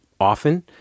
often